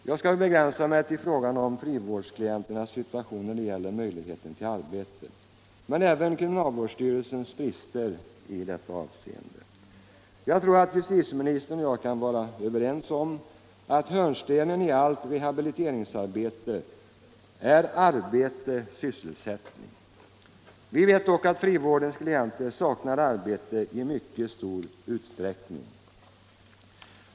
Jag skall begränsa mig till frågan om frivårdsklienternas situation när det gäller möjligheten till arbete, men något beröra även kriminalvårdsstyrelsens brister i detta avseende. Jag tror att justitieministern och jag kan vara överens om att hörnstenen i allt rehabiliteringsarbete är arbete — sysselsättning. Vi vet dock att frivårdens klienter saknar arbete i mycket stor utsträckning.